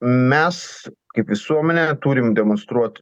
mes kaip visuomenė turim demonstruot